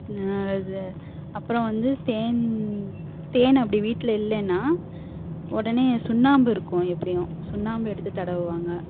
நான் அதை அப்புறம் வந்து தேன் தேன் அப்படி வீட்டில் இல்லன்னா உடனே சுண்ணாம்பு இருக்கும் எப்படியும் சுண்ணாம்பு எடுத்து தடவுவாங்க